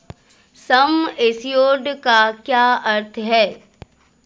सम assured का क्या अर्थ है?